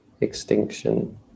extinction